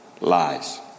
lies